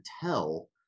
tell